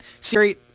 Siri